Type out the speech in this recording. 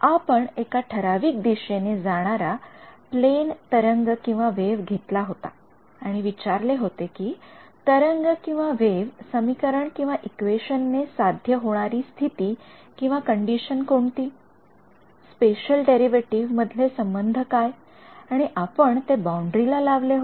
आपण एका ठराविक दिशेने जाणारा प्लेन तरंग वेव्ह घेतला होता आणि विचारले होते कि या तरंगवेव्ह समीकरण इक्वेशन एquation ने सध्या होणारी स्थितीकंडिशन कोणती स्पेशल डेरीवेटीव्ह मधले संबंध काय आणि आपण ते बाउंडरी ला लावले होते